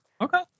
Okay